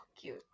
cute